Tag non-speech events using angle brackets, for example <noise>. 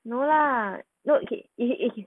no lah no okay <noise>